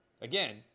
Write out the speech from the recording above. Again